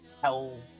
tell